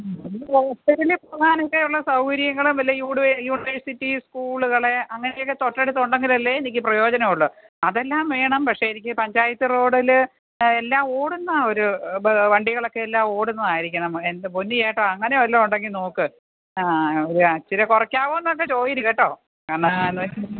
അതിൽ പ്രധാനമായിട്ടുള്ള സൗകര്യങ്ങൾ വല്ല യൂണിവേഴ്സിറ്റി സ്കൂളുകൾ അങ്ങനെയൊക്കെ തൊട്ടടുത്ത് ഉണ്ടെങ്കിൽ അല്ലേ എനിക്ക് പ്രയോജനമുള്ളൂ അതെല്ലാം വേണം പക്ഷേ എനിക്ക് പഞ്ചായത്ത് റോഡിൽ എല്ലാം ഓടുന്ന ഒരു വണ്ടികളൊക്കെ എല്ലാം ഓടുന്നതായിരിക്കണം എൻ്റെ പൊന്നു ചേട്ടാ അങ്ങനെ വല്ലതും ഉണ്ടെങ്കിൽ നോക്കുക ഇച്ചിരി കുറയ്ക്കാമോ എന്നൊക്ക ചോദിച്ചു കേട്ടോ അന്നാ